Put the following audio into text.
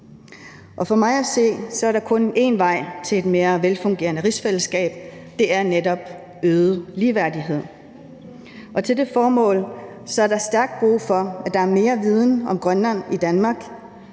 For mig at se er der kun én vej til et mere velfungerende rigsfællesskab; det er netop øget ligeværdighed. Og til det formål er der stærkt brug for, at der er mere viden om Grønland i Danmark.